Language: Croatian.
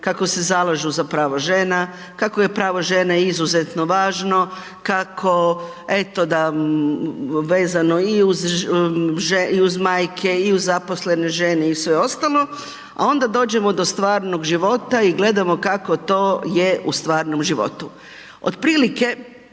kako se zalažu za prava žena, kako je pravo žena izuzetno važno, kako, eto da vezano i uz majke i uz zaposlene žene i sve ostalo, a onda dođemo do stvarnog života i gledamo kako to je u stvarnom životu.